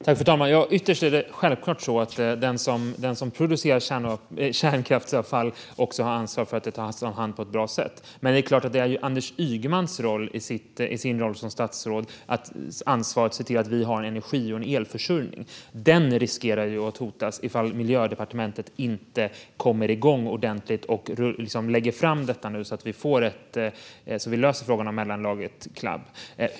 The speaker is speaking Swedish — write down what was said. Fru talman! Ytterst är det självklart så att den som producerar kärnkraftsavfall också har ansvar för att det tas om hand på ett bra sätt. Men det är klart att det är Anders Ygeman som i sin roll som statsråd ska ansvara för och se till att vi har energi och elförsörjning. Den riskerar att hotas ifall Miljödepartementet inte kommer igång ordentligt och lägger fram detta nu, så att vi löser frågan om mellanlagret Clab.